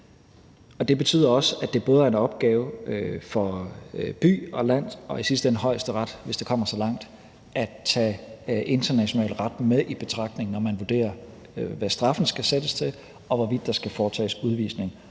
det betyder også, at det både er en opgave for by- og landsretten og i sidste ende også Højesteret, hvis det kommer så langt, at tage international ret med i betragtning, når man vurderer, hvad straffen skal sættes til, og hvorvidt der skal foretages en udvisning.